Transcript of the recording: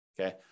Okay